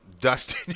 Dustin